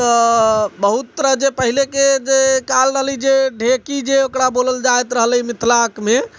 तऽ बहुत तरह जे पहिलेके जे काल रहलै जे ढेकी जे ओकरा बोलल जाइत रहलै मिथिलामे